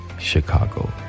Chicago